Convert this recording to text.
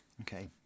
Okay